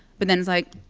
but then it's like,